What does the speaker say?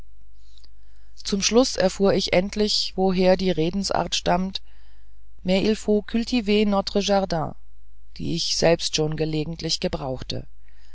zum schluß erfuhr ich endlich woher die redensart stammt mais il faut cultiver notre jardin die ich selbst schon gelegentlich gebrauchte